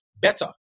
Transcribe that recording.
better